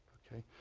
ok?